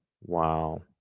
Wow